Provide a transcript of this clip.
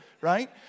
right